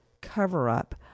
cover-up